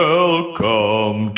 Welcome